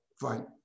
fine